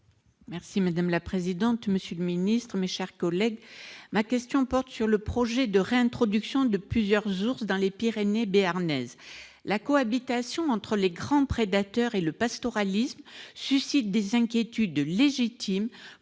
Madame la présidente, monsieur le secrétaire d'État, mes chers collègues, ma question porte sur le projet de réintroduction de plusieurs ours dans les Pyrénées béarnaises. La cohabitation entre les grands prédateurs et le pastoralisme suscite des inquiétudes légitimes